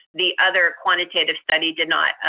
the other quantitative study did not,